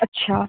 अच्छा